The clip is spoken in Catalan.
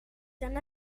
tan